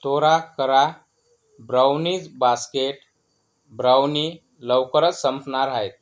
त्वरा करा brownies basket brownie लवकरच संपणार आहे